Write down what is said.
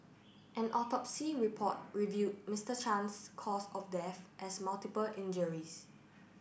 an autopsy report revealed Mister Chan's cause of death as multiple injuries